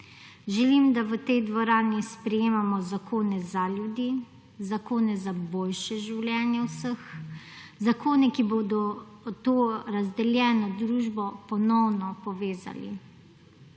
Želim, da v tej dvorani sprejemamo zakone za ljudi, zakone za boljše življenje vseh, zakone, ki bodo to razdeljeno družbo ponovno povezali.